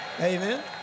Amen